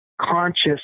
conscious